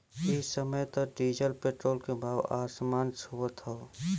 इ समय त डीजल पेट्रोल के भाव आसमान छुअत हौ